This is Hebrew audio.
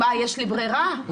יש לי ברירה?